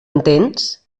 entens